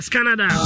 Canada